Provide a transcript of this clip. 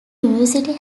university